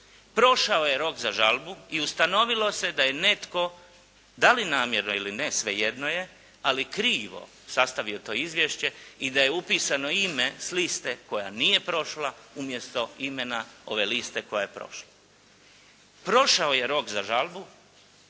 prošao je rok za žalbu i ustanovilo se da je netko da li namjerno ili ne, svejedno je, ali krivo sastavio to izvješće i da je upisano ime s liste koja nije prošla umjesto imena ove liste koja je prošla. Prošao je rok za žalbu